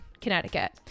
Connecticut